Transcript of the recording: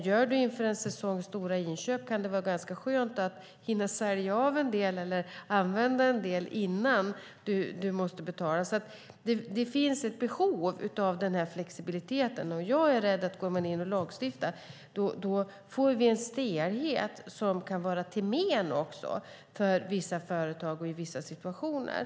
Gör du stora inköp inför en säsong kan det vara ganska skönt att hinna sälja av eller använda en del innan du måste betala. Det finns alltså ett behov av den här flexibiliteten, och jag är rädd att om man går in och lagstiftar så får man en stelhet som kan vara till men för vissa företag i vissa situationer.